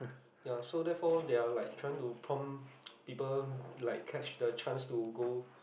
ya so therefore their are like trying to prompt people like catch the chance to go